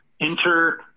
enter